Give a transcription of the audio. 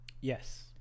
Yes